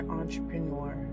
entrepreneur